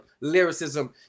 lyricism